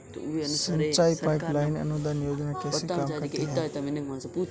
सिंचाई pipeline अनुदान योजना कैसे काम करती है?